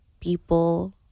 people